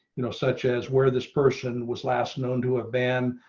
you know, such as where this person was last known to a band.